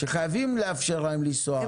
שחייבים לאפשר להם לנסוע,